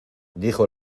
dijo